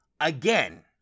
Again